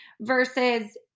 versus